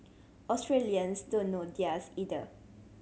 Australians don't know theirs either